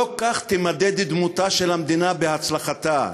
לא כך תימדד דמותה של המדינה בהצלחתה.